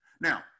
Now